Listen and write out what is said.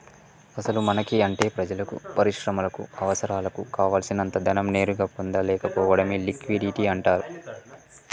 అసలు మనకి అంటే ప్రజలకు పరిశ్రమలకు అవసరాలకు కావాల్సినంత ధనం నేరుగా పొందలేకపోవడమే లిక్విడిటీ అంటారు